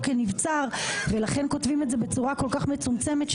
כנבצר ולכן כותבים את זה בצורה כל כך מצומצמת,